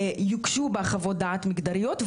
יוגשו בה חוות דעת מגדריות,